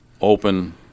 open